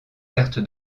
carte